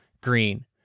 green